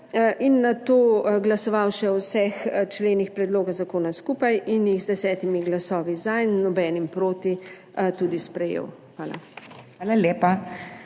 in nato glasoval še o vseh členih predloga zakona skupaj in jih z desetimi glasovi za in nobenim proti tudi sprejel. Hvala.